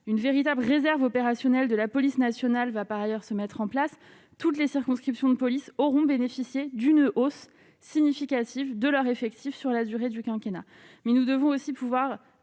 une véritables réserves opérationnelles de la police nationale va par ailleurs se mettre en place toutes les circonscriptions de police auront bénéficié d'une hausse significative de leur effectif sur la durée du quinquennat mais nous devons aussi pouvoir